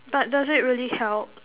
but does it really help